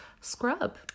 scrub